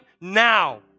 now